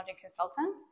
consultant